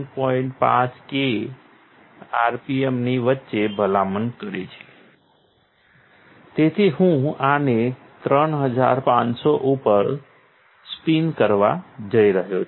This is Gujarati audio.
5k RPMની વચ્ચે ભલામણ કરે છે તેથી હું આને 3500 ઉપર સ્પિન કરવા જઇ રહ્યો છું